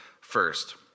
first